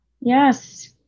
Yes